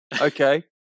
Okay